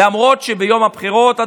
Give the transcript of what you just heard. למרות שביום הבחירות,